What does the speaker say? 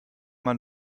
man